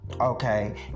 Okay